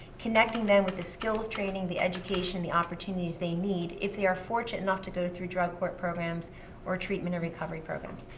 connecting them with the skills training, the education, the opportunities they need if they are fortunate enough to go through drug court programs or treatment and recovery programs.